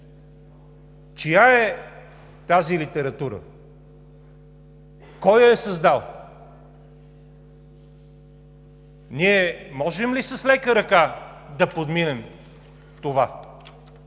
Чия е тази литература? Кой я е създал? Ние можем ли с лека ръка да подминем това?